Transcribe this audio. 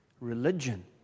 religion